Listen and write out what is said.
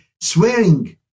swearing